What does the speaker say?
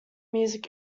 music